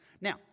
Now